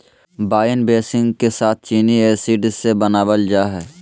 wine बेसींग के साथ चीनी एसिड से बनाबल जा हइ